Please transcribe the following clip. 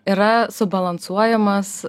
yra subalansuojamas